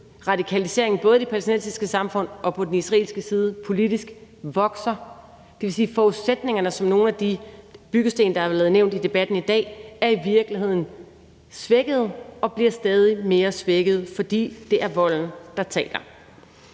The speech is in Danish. radikaliseringen, både i det palæstinensiske samfund og politisk på den israelske side, vokser. Det vil sige, at forudsætningerne, som er nogle af de byggesten, der allerede er blevet nævnt i debatten i dag, i virkeligheden er svækkede og bliver stadig mere svækkede, fordi det er volden, der taler.